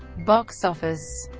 box office